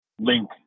link